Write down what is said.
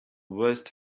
west